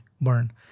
burn